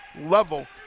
level